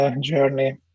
journey